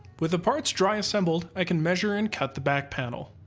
with the parts dry assembled, i can measure and cut the back panel.